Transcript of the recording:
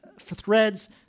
threads